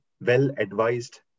well-advised